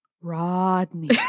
Rodney